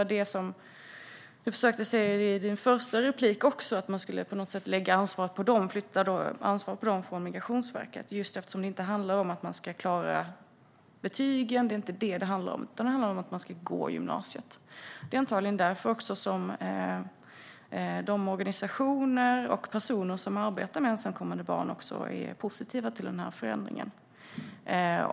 Fredrik Malm försökte i sin första replik säga att ansvaret skulle flyttas från Migrationsverket till lärarna och rektorerna. Det handlar inte om att klara betygen, utan det handlar om att gå gymnasiet. Det är antagligen därför som de organisationer och personer som arbetar med ensamkommande barn också är positiva till förändringen.